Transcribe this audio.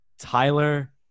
Tyler